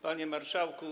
Panie Marszałku!